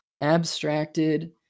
abstracted